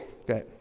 Okay